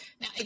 Now